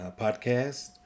podcast